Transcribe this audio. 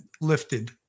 lifted